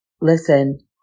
Listen